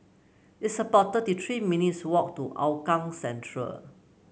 it's about thirty three minutes' walk to Hougang Central